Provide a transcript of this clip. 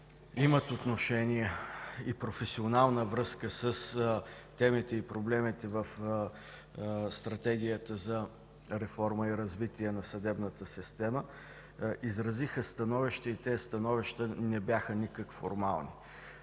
имат отношение и професионална връзка с темите и проблемите в Стратегията за реформа и развитие на съдебната система, изразиха становища и те не бяха никак формални.